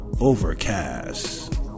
Overcast